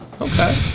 Okay